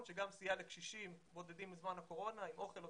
שגם סייע לקשישים בודדים בזמן הקורונה עם אוכל.